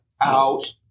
out